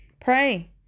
Pray